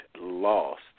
lost